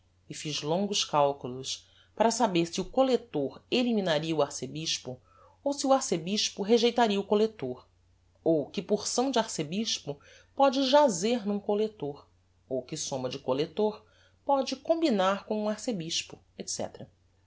e fiz longos calculos para saber se o collector eliminaria o arcebispo ou se o arcebispo rejeitaria o collector ou que porção de arcebispo póde jazer n'um collector ou que somma de collector póde combinar com um arcebispo